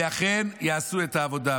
ואכן יעשו את העבודה.